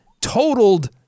totaled